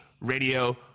Radio